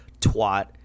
twat